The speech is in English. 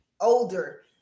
older